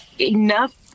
enough